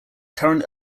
current